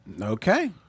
Okay